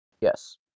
Yes